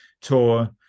tour